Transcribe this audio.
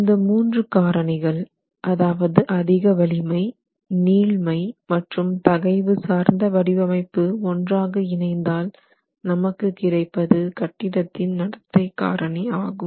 இந்த மூன்று காரணிகள் அதாவது அதிக வலிமை நீள்மை மற்றும் தகைவு சார்ந்த வடிவமைப்பு ஒன்றாக இணைத்தால் நமக்கு கிடைப்பது கட்டிடத்தின் நடத்தை காரணி ஆகும்